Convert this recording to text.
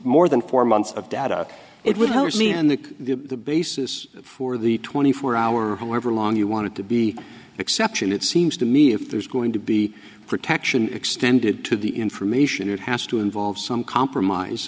more than four months of data it will mean on the basis for the twenty four hour however long you want it to be an exception it seems to me if there's going to be protection extended to the information it has to involve some compromise